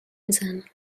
میزنه